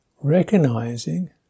recognizing